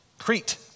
crete